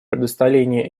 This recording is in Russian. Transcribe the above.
предоставление